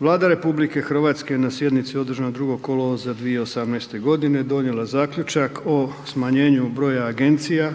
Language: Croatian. Vlada RH na sjednici održanoj 2. kolovoza 2018. g. donijela zaključak o smanjenju broja agencija,